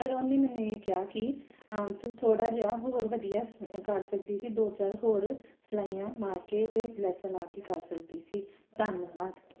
ਪਰ ਉਹਨੇ ਮੈਨੂੰ ਇਹ ਕਿਹਾ ਕਿ ਆ ਤੂੰ ਥੋੜ੍ਹਾ ਜਿਹਾ ਹੋਰ ਵਧੀਆ ਕਰ ਸਕਦੀ ਸੀ ਦੋ ਚਾਰ ਹੋਰ ਸਿਲਾਈਆਂ ਮਾਰ ਕੇ ਅਤੇ ਲੈਸਾਂ ਲਾ ਕੇ ਕਰ ਸਕਦੀ ਸੀ ਧੰਨਵਾਦ